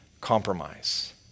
compromise